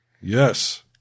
Yes